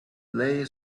lay